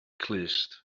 clust